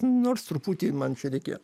nors truputį man čia reikėjo